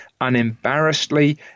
unembarrassedly